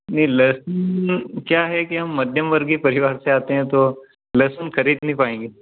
यह लहसुन क्या है कि हम मध्यमवर्गीय परिवार से आते हैं तो लहसुन खरीद नहीं पाएंगे